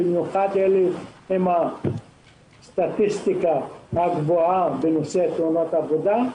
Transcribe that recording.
במיוחד אלה עם הסטטיסטיקה הגבוהה בנושא תאונות עבודה.